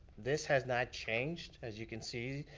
this has not changed. as you can see,